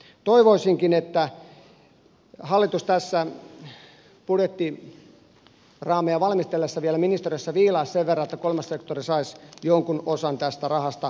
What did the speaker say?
toivoisinkin että hallitus budjettiraameja valmistellessaan ministeriössä vielä viilaisi sen verran että kolmas sektori saisi jonkun osan tästä rahasta korvamerkittynä